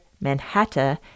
Manhattan